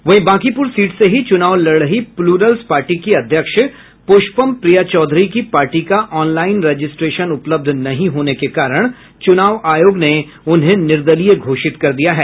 वहीं बांकीपुर सीट से ही चूनाव लड़ रही प्लूरल्स पार्टी की अध्यक्ष प्रष्पम प्रिया चौधारी की पार्टी का ऑनलाईन रजिस्ट्रेशन उपलब्ध नहीं होने के कारण चुनाव आयोग ने उन्हें निर्दलीय घोषित कर दिया है